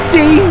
See